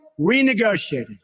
renegotiated